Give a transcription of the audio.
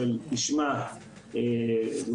לא